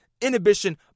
inhibition